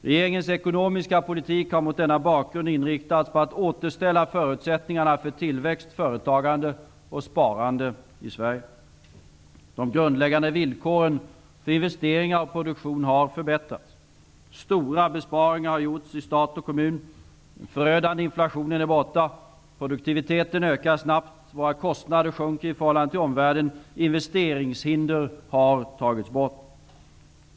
Regeringens ekonomiska politik har mot denna bakgrund inriktats på att återställa förutsättningarna för tillväxt, företagande och sparande i Sverige. De grundläggande villkoren för investeringar och produktion har förbättrats. Stora besparingar har gjorts i stat och kommun. Den förödande inflationen är borta. Produktiviteten ökar snabbt. Våra kostnader sjunker nu i förhållande till omvärlden. Investeringshinder har tagits bort.